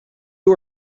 you